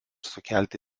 sukelti